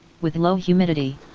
with low humidity